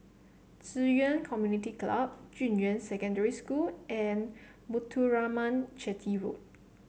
Ci Yuan Community Club Junyuan Secondary School and Muthuraman Chetty Road